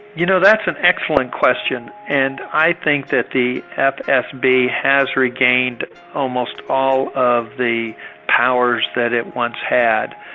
you know, that's an excellent question, and i think that the fsb has regained almost all of the powers that it once had.